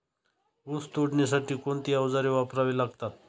ऊस तोडणीसाठी कोणती अवजारे वापरावी लागतात?